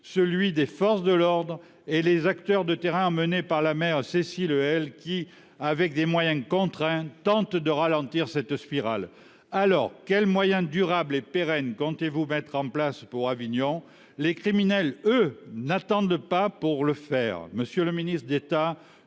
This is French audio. celui des forces de l’ordre et des acteurs de terrain emmenés par la maire Cécile Helle, qui, avec des moyens contraints, tentent de ralentir une telle spirale. Quels moyens durables et pérennes comptez vous mettre en place pour Avignon ? Les criminels, eux, n’attendent pas ! Monsieur le ministre d’État,